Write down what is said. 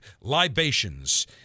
libations